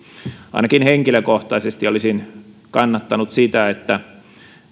ainakin henkilökohtaisesti olisin kannattanut sitä että